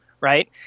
right